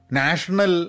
national